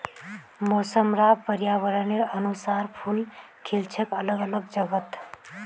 मौसम र पर्यावरनेर अनुसार फूल खिल छेक अलग अलग जगहत